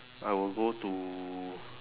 I will go to